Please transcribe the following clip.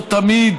לא תמיד